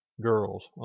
girls